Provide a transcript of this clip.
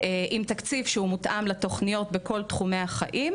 עם תקציב שמותאם לתוכניות בכל תחומי החיים.